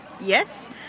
yes